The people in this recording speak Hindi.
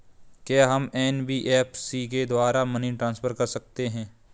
क्या हम एन.बी.एफ.सी के द्वारा मनी ट्रांसफर कर सकते हैं?